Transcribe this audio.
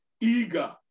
eager